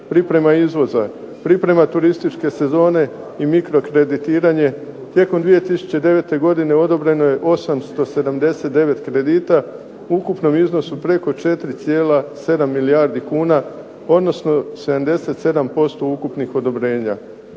priprema izvoza, priprema turističke sezone i mikro kreditiranje tijekom 2009. godine odobreno je 879 kredita, u ukupnom iznosu preko 4,7 milijardi kuna odnosno 77% ukupnih odobrenja.